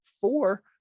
Four